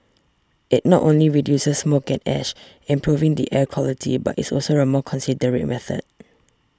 it not only reduces smoke and ash improving the air quality but is also a more considerate method